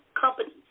companies